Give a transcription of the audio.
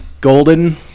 golden